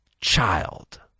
child